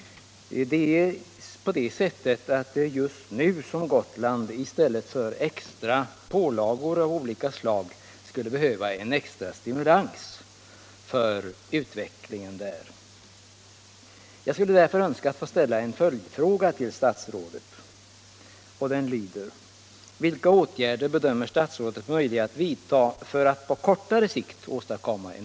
Det är just nu som Gotland i stället för extra pålagor av olika slag skulle behöva en extra stimulans för utvecklingen.